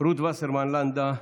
רות וסרמן לנדה,